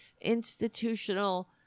institutional